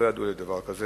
לא ידוע לי על דבר כזה.